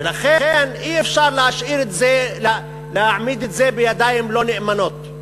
ולכן אי-אפשר להעמיד את זה בידיים לא נאמנות,